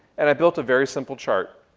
and i built a very simple chart.